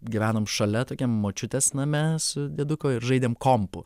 gyvenom šalia tokiam močiutės name su dieduku ir žaidėm kompu